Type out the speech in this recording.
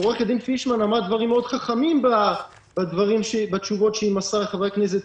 עורכת הדין פישמן אמרה דברים מאוד חכמים בתשובות שהיא מסרה לחברי הכנסת,